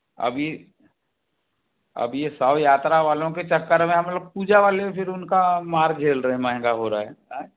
अब ये अब ये शव यात्रा वालों के चक्कर में हम लोग पूजा वाले फिर उनका मार झेल रहे हैं महँगा हो रहा है